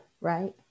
right